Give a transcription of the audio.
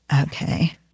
Okay